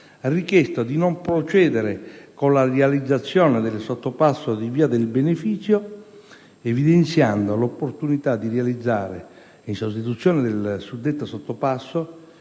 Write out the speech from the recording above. richiesto di non procedere con la realizzazione del sottopasso di via del Benefizio evidenziando l'opportunità di realizzare, in sostituzione del suddetto sottopasso,